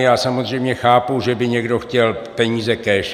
Já samozřejmě chápu, že by někdo chtěl peníze cash.